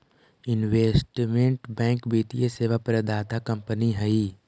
investment bank वित्तीय सेवा प्रदाता कंपनी हई